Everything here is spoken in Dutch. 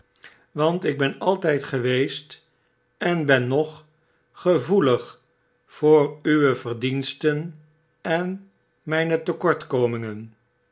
want ik ben altyd geweest en ben nog gevoelig voor uwe verdiensten en myne tekortkomingen